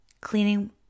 cleaning